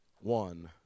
one